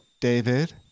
David